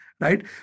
Right